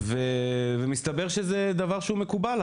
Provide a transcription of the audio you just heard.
מסתבר שזה דבר מקובל,